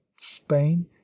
spain